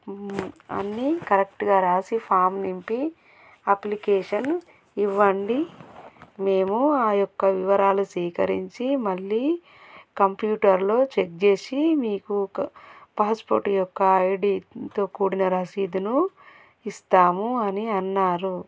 అన్నీ కరెక్ట్గా రాసి ఫామ్ నింపి అప్లికేషన్ ఇవ్వండి మేము ఆ యొక్క వివరాలు సేకరించి మళ్ళీ కంప్యూటర్లో చెక్ చేసి మీకు ఒక పాస్పోర్ట్ యొక్క ఐడితో కూడిన రసీదును ఇస్తాము అని అన్నారు